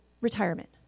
retirement